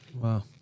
Wow